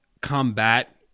combat